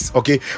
okay